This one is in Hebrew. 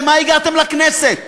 למה הגעתם לכנסת?